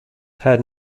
had